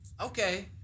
Okay